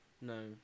No